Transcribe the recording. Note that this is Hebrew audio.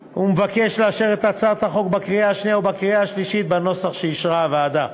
לאשר את הצעת החוק בקריאה שנייה ובקריאה שלישית בנוסח שאישרה הוועדה.